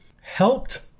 helped